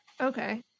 Okay